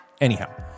Anyhow